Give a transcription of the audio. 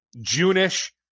June-ish